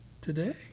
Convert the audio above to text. today